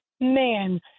man